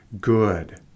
good